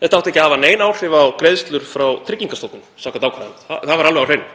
Þetta átti ekki að hafa nein áhrif á greiðslur frá Tryggingastofnun samkvæmt ákvæðinu. Það var alveg á hreinu.